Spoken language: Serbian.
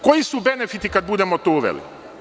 Koji su benefiti kad budemo to uveli?